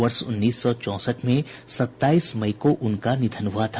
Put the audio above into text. वर्ष उन्नीस सौ चौंसठ में सताईस मई को उनका निधन हुआ था